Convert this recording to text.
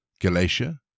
Galatia